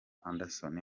anderson